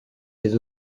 des